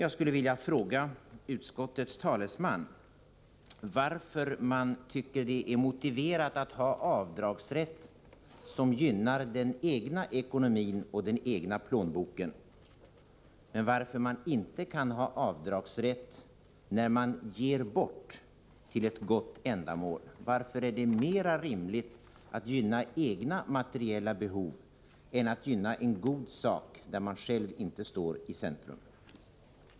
Jag skulle vilja fråga utskottets talesman varför man tycker att det är motiverat att ha en avdragsrätt som gynnar den egna ekonomin och den egna plånboken, men inte kan ha en avdragsrätt för gåvor till ett gott ändamål. Varför är det mer rimligt att gynna egna materiella behov än att gynna en god sak, där man inte själv står i centrum?